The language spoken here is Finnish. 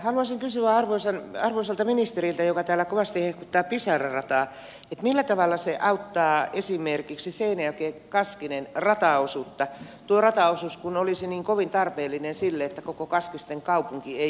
haluaisin kysyä arvoisalta ministeriltä joka täällä kovasti hehkuttaa pisara rataa millä tavalla se auttaa esimerkiksi seinäjokikaskinen rataosuutta tuo rataosuus kun olisi niin kovin tarpeellinen sille että koko kaskisten kaupunki ei kuolisi